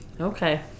Okay